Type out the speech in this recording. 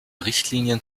richtlinien